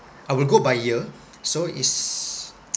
I would go by year so it's